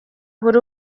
buri